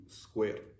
square